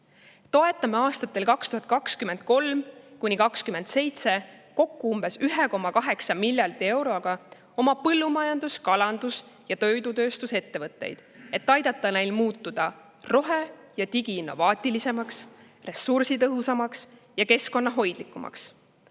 Toetame aastatel 2023–2027 kokku umbes 1,8 miljardi euroga oma põllumajandus‑, kalandus‑ ja toidutööstusettevõtteid, et aidata neil muutuda rohe‑ ja digiinnovaatilisemaks, ressursitõhusamaks ja keskkonnahoidlikumaks.